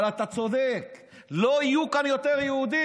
אבל אתה צודק, לא יהיו כאן יותר יהודים.